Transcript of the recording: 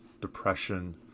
depression